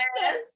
Yes